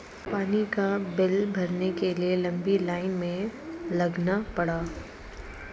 पानी का बिल भरने के लिए लंबी लाईन में लगना पड़ा